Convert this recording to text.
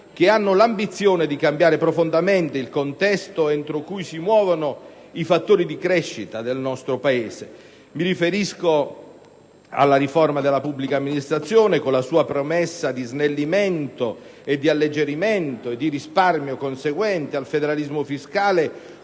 che hanno l'ambizione di cambiare profondamente il contesto entro cui si muovono i fattori di crescita del nostro Paese. Mi riferisco alla riforma della pubblica amministrazione, con la sua promessa di snellimento, di alleggerimento e di risparmio conseguente, al federalismo fiscale,